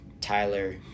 tyler